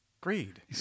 Greed